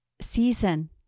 season